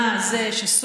בשנה שעברה.